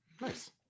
Nice